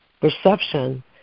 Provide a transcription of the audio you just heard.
perception